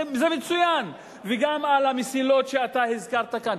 זה מצוין, וגם על המסילות שאתה הזכרת כאן.